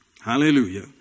Hallelujah